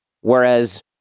whereas